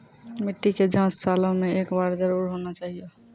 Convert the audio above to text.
मिट्टी के जाँच सालों मे एक बार जरूर होना चाहियो?